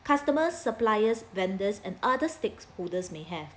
customers suppliers vendors and other stakeholders may have